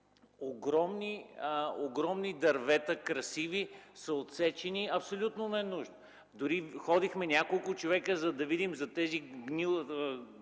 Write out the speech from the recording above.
огромни дървета, красиви, са отсечени абсолютно ненужно. Дори ходихме няколко човека, за да видим за това гниене